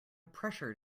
pressure